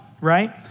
right